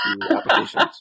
applications